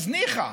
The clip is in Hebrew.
ניחא,